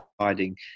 hiding